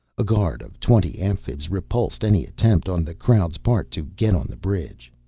a guard of twenty amphibs repulsed any attempt on the crowd's part to get on the bridge.